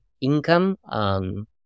income